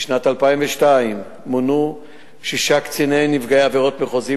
בשנת 2002 מונו שישה קציני נפגעי עבירות מחוזיים